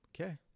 Okay